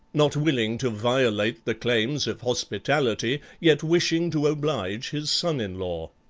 not willing to violate the claims of hospitality, yet wishing to oblige his son-in-law.